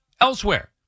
elsewhere